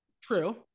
True